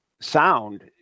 sound